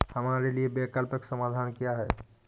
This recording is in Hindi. हमारे लिए वैकल्पिक समाधान क्या है?